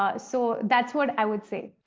ah so that's what i would say.